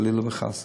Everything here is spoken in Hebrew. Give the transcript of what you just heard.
חלילה וחס.